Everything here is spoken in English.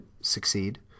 succeed